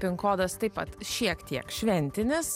pin kodas taip pat šiek tiek šventinis